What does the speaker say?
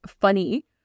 funny